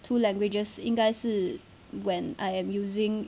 two languages 应该是 when I am using